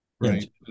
Right